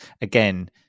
again